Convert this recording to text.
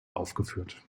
aufgeführt